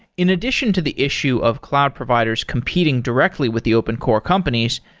in addition to the issue of cloud providers competing directly with the open core companies,